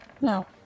No